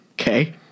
Okay